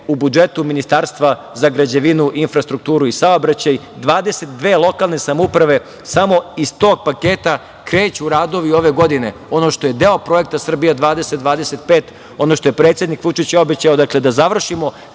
u budžetu Ministarstva za građevinu, infrastrukturu i saobraćaj 22 lokalne samouprave iz tog paketa kreću radovi ove godine, ono što je deo projekta „Srbija 2025“, ono što je predsednik Vučić obećao, dakle, da završimo